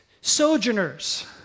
sojourners